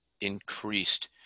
increased